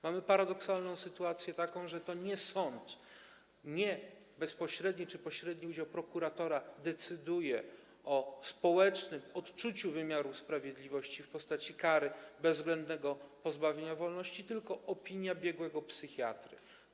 Mamy paradoksalną sytuację taką, że to nie sąd, nie bezpośredni czy pośredni udział prokuratora decyduje o społecznym odczuciu wymiaru sprawiedliwości w postaci kary bezwzględnego pozbawienia wolności, tylko opinia biegłego psychiatry.